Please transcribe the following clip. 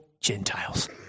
Gentiles